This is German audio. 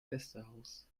gästehaus